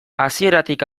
hasieratik